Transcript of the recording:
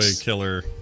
killer